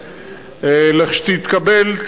לכשתתקבל,